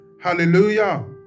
hallelujah